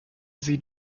sie